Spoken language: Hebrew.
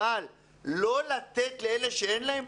אבל לא לתת לאלה שאין להם?